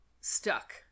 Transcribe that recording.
stuck